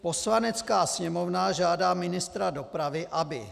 Poslanecká sněmovna žádá ministra dopravy, aby